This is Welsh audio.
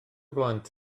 blant